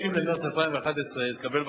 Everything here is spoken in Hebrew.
תודה, גברתי.